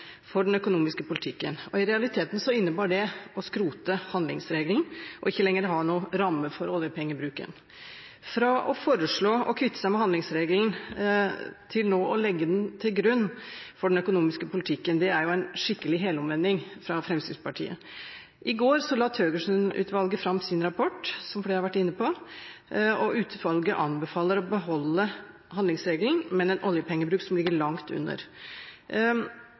for den økonomiske politikken. I realiteten innebar det å skrote handlingsregelen og ikke lenger ha noen ramme for oljepengebruken. Fra å foreslå å kvitte seg med handlingsregelen til nå å legge den til grunn for den økonomiske politikken er en skikkelig helomvending fra Fremskrittspartiet. I går la Thøgersen-utvalget fram sin rapport, som flere har vært inne på, og utvalget anbefaler å beholde handlingsregelen, men å ha en oljepengebruk som ligger langt under.